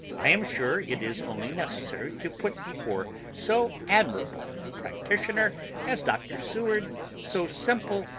i am sure it is only necessary to put before so admirable a practitioner as dr. seward so simple,